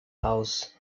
aus